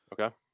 okay